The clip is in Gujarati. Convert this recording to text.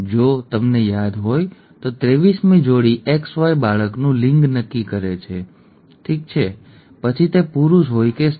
જો તમને યાદ હોય તો 23મી જોડી XY બાળકનું લિંગ નક્કી કરે છે ઠીક છે પછી તે પુરુષ હોય કે સ્ત્રી